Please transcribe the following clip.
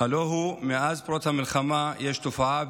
הלוא הוא: מאז פרוץ המלחמה יש תופעה,